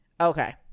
okay